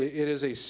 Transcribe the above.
it is a,